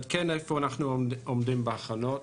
אני אעדכן איפה אנחנו עומדים בהכנות.